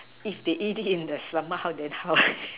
if they eat it in the stomach how then how